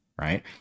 right